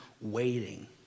waiting